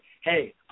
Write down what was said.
hey